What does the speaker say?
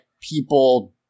people